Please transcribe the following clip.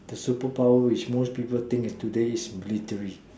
the superpower which most people think in today is glittery